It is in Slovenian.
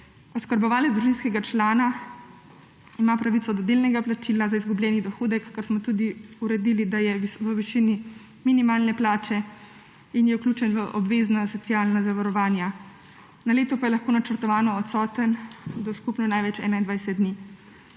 Oskrbovalec družinskega člana ima pravico do delnega plačila za izgubljeni dohodek, kar smo tudi uredili, da je v višini minimalne plače in je vključen v obvezna socialna zavarovanja. Na leto pa je lahko načrtovano odsoten do skupno največ 21 dni.